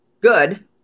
good